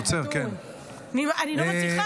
כן, אני עוצר.